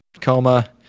coma